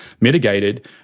mitigated